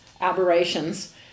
aberrations